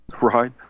right